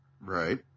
Right